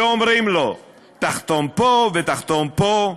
ואומרים לו: תחתום פה ותחתום פה,